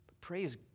Praise